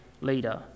leader